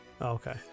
Okay